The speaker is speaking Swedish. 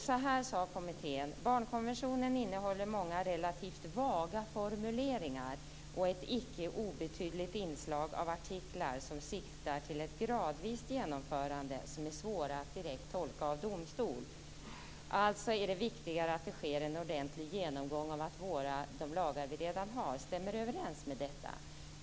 Så här sade kommittén: Barnkonventionen innehåller många relativt vaga formuleringar och ett icke obetydligt inslag av artiklar som siktar till ett gradvis genomförande som är svårare att direkt tolka av domstol. Alltså är det viktigare att det sker en ordentlig genomgång av att de lagar vi redan har stämmer överens med detta.